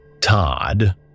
Todd